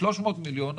300 מיליון,